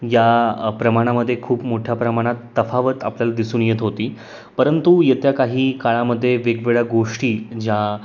या प्रमाणामध्ये खूप मोठ्या प्रमाणात तफावत आपल्याला दिसून येत होती परंतु येत्या काही काळामध्ये वेगवेगळ्या गोष्टी ज्या